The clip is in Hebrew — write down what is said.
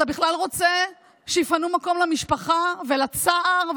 אתה בכלל רוצה שיפנו מקום למשפחה ולצער,